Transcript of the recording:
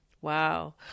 Wow